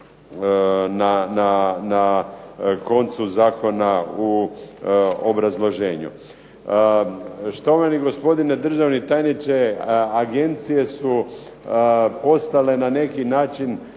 na koncu Zakona u obrazloženju. Štovani gospodine državni tajniče, Agencije su postale na neki način